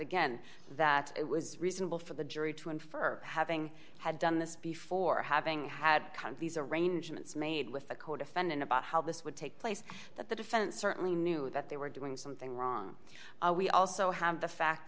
again that it was reasonable for the jury to infer having had done this before having had kind of these arrangements made with the codefendant about how this would take place that the defense certainly knew that they were doing something wrong we also have the fact